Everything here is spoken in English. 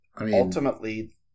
ultimately